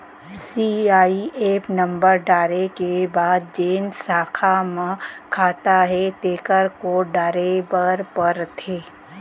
CIF number डारे के बाद जेन साखा म खाता हे तेकर कोड डारे बर परथे